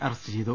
arrest ചെയ്തു